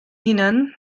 hunan